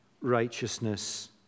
righteousness